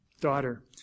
daughter